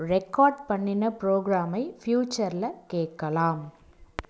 record பண்ணின ப்ரோக்ராமை ஃப்யூச்சரில் கேட்கலாம்